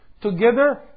together